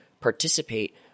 participate